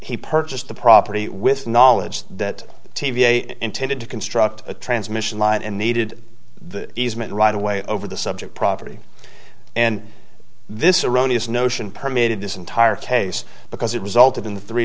he purchased the property with knowledge that t v a intended to construct a transmission line and needed the easement right away over the subject property and this erroneous notion permeated this entire case because it resulted in th